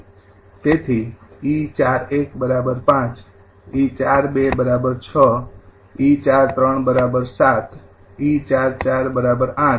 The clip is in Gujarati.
તેથી 𝑒૪૧ ૫ 𝑒૪૨ ૬ 𝑒૪૩ ૭ 𝑒૪૪ ૮